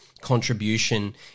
contribution